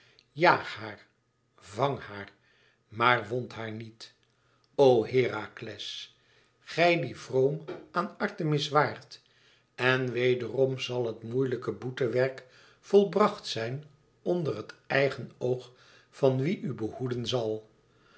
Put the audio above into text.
haar vang haar maar wond haar niet o herakles gij die vroom aan artemis waart en wederom zal het moeilijke boetewerk volbracht zijn onder het eigen oog van wie u behoeden zal